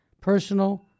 personal